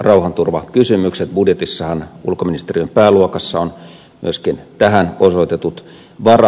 budjetissahan ulkoministeriön pääluokassa on myöskin tähän osoitetut varat